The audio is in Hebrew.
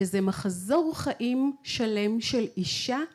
וזה מחזור חיים שלם של אישה